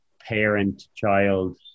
parent-child